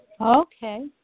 Okay